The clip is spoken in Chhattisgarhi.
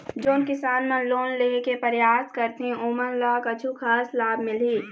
जोन किसान मन लोन लेहे के परयास करथें ओमन ला कछु खास लाभ मिलही?